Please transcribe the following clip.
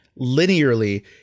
linearly